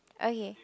okay